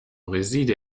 réside